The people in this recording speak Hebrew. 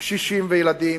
קשישים וילדים,